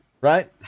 right